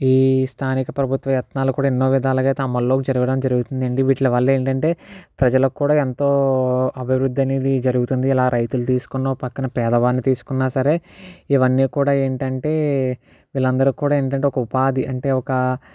ఈ స్థానిక ప్రభుత్వ యత్నాలు కూడా ఎన్నో విధాలుగా అయితే అమలు లోకి జరగడం జరుగుతుందండి వీట్లి వల్ల ఏంటంటే ప్రజలకు కూడా ఎంతో అభివృద్ది అనేది జరుగుతుంది ఇలా రైతులు తీసుకున్నాఒక పక్కన పేదవాడిని తీసుకున్నా సరే ఇవన్నీ కూడా ఏంటంటే వీళ్ళందరికీ కూడా ఏంటంటే ఒక ఉపాధి అంటే ఒక